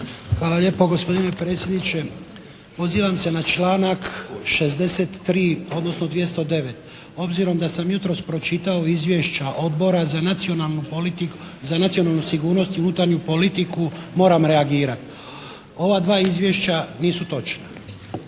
Hvala lijepo gospodine predsjedniče. Pozivam se na članak 63. odnosno 209. Obzirom da sam jutros pročitao Izvješća Odbora za nacionalnu sigurnost i unutarnju politiku moram reagirati. Ova dva izvješća nisu točna.